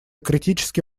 критически